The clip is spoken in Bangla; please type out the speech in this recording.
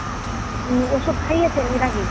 হুম ওষুধ খাইয়েছেন এর আগেই